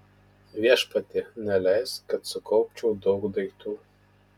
viešpatie neleisk kad sukaupčiau daug daiktų